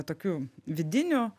tokių vidinių